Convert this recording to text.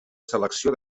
selecció